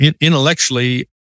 intellectually